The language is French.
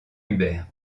hubert